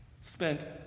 spent